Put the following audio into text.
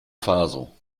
faso